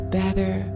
better